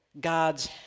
God's